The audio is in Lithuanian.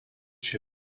čia